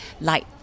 light